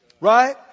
right